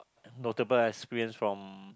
notable experience from